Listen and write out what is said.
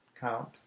count